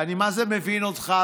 ואני מה זה מבין אותך,